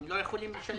הם לא יכולים לשלם.